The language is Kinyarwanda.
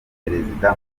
perezida